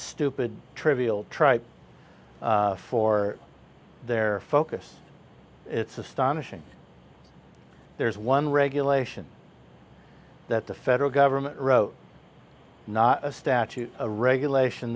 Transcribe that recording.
stupid trivial tripe for their focus it's astonishing there's one regulation that the federal government wrote not a statute regulation